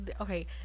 okay